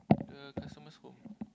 the customer's home